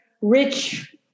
rich